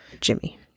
Jimmy